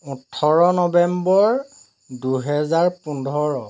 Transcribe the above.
ওঠৰ নৱেম্বৰ দুহেজাৰ পোন্ধৰ